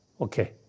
Okay